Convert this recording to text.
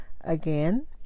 again